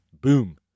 boom